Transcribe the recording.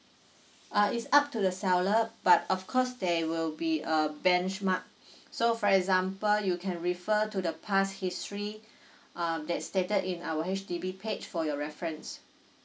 uh is up to the seller but of course there will be a benchmark so for example you can refer to the past history um that stated in our H_D_B page for your reference